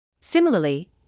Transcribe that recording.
Similarly